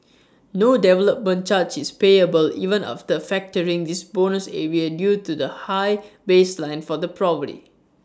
no development charge is payable even after factoring this bonus area due to the high baseline for the property